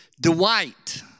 Dwight